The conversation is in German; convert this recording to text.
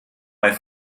bei